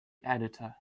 editor